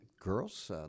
girls